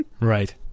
Right